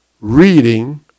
reading